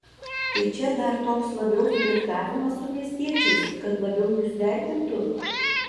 tai čia dar toks labiau flirtavimas su miestiečiais kad labiau jus vertintų